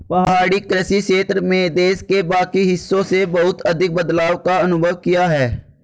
पहाड़ी कृषि क्षेत्र में देश के बाकी हिस्सों से बहुत अधिक बदलाव का अनुभव किया है